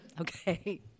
okay